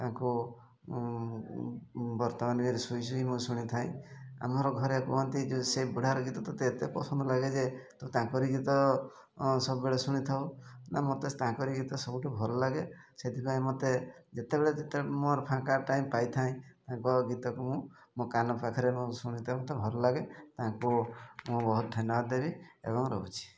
ତାଙ୍କୁ ବର୍ତ୍ତମାନ ବି ଶୋଇ ଶୋଇ ମୁଁ ଶୁଣିଥାଏ ଆମର ଘରେ କୁହଁନ୍ତି ଯେ ସେ ବୁଢ଼ାର ଗୀତ ତୋତେ ଏତେ ପସନ୍ଦ ଲାଗେ ଯେ ତୁ ତାଙ୍କରି ଗୀତ ସବୁବେଳେ ଶୁଣିଥାଉ ନା ମୋତେ ତାଙ୍କରି ଗୀତ ସବୁଠୁ ଭଲ ଲାଗେ ସେଥିପାଇଁ ମୋତେ ଯେତେବେଳେ ଯେତେବେଳେ ମୋର ଫାଙ୍କା ଟାଇମ୍ ପାଇଥାଏ ତାଙ୍କ ଗୀତକୁ ମୁଁ ମୋ କାନ ପାଖରେ ମୁଁ ଶୁଣିଥାଏ ମୋତେ ଭଲ ଲାଗେ ତାଙ୍କୁ ମୁଁ ବହୁତ ଧନ୍ୟବାଦ ଦେବି ଏବଂ ରହୁଛି